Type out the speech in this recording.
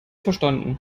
verstanden